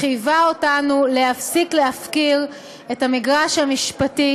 חייבה אותנו להפסיק להפקיר את המגרש המשפטי